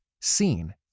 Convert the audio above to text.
seen